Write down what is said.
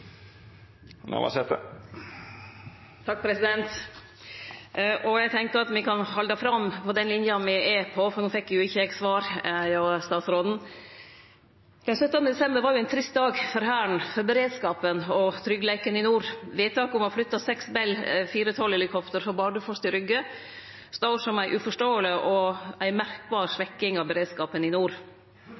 Eg tenkjer eg kan halde fram på den lina eg var på, for eg fekk ikkje svar frå statsråden. Den 17. desember var ein trist dag for Hæren, for beredskapen og tryggleiken i nord. Vedtaket om å flytte seks Bell 412-helikopter frå Bardufoss til Rygge står som ei uforståeleg og merkbar svekking av beredskapen i nord.